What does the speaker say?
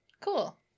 Cool